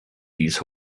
these